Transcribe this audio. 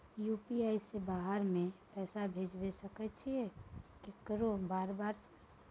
UPI से बाहर में पैसा भेज सकय छीयै केकरो बार बार सर?